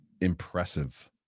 impressive